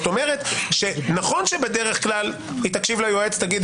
כלומר נכון שבדרך כלל היא תקשיב ליועץ ותגיד: